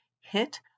hit